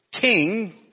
king